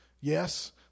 yes